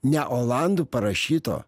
ne olandų parašyto